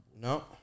No